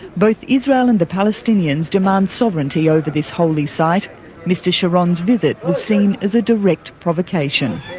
both israel and the palestinians demand sovereignty over this holy site mr sharon's visit was seen as a direct provocation.